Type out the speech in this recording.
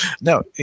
no